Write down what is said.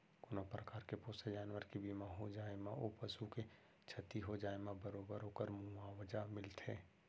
कोनों परकार के पोसे जानवर के बीमा हो जाए म ओ पसु के छति हो जाए म बरोबर ओकर मुवावजा मिलथे